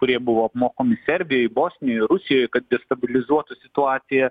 kurie buvo apmokomi serbijoj bosnijoj rusijoj kad destabilizuotų situaciją